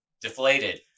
Deflated